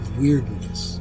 weirdness